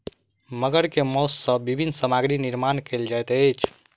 मगर के मौस सॅ विभिन्न सामग्री निर्माण कयल जाइत अछि